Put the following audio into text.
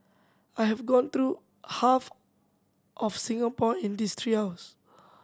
I have gone through half of Singapore in these three hours